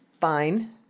fine